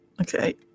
Okay